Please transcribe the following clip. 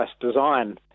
design